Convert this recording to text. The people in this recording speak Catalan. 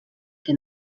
que